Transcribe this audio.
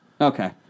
Okay